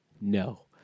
No